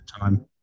time